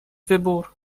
wybór